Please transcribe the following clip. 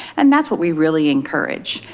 and that's what we really encourage.